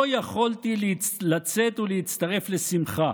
לא יכולתי לצאת ולהצטרף לשמחה.